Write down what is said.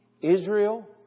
Israel